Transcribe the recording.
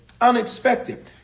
unexpected